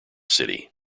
city